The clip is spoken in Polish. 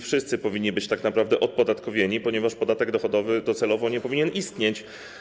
Wszyscy powinni być tak naprawdę odpodatkowani, ponieważ podatek dochodowy docelowo nie powinien istnieć.